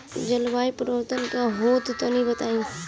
जलवायु परिवर्तन का होला तनी बताई?